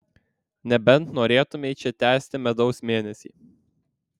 nebent norėtumei čia tęsti medaus mėnesį